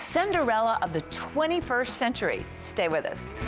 cinderella of the twenty first century. stay with us.